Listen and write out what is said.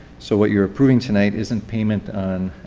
so what you're approving tonight isn't payment on